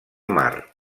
mar